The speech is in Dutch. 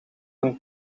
een